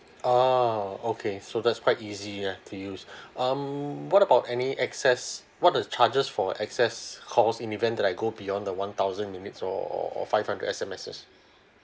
oh okay so that's quite easy ah to use um what about any excess what are the charges for excess calls in event that I go beyond the one thousand minutes or or five hundred S_M_Ses